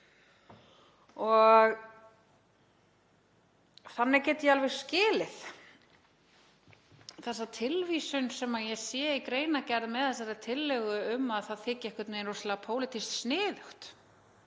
og þannig get ég alveg skilið þessa tilvísun sem ég sé í greinargerð með þessari tillögu um að það þyki einhvern veginn rosalega pólitískt sniðugt